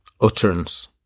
utterance